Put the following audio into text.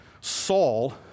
Saul